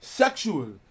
sexual